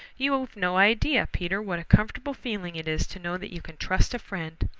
you've no idea, peter, what a comfortable feeling it is to know that you can trust a friend,